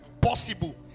possible